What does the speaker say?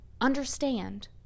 understand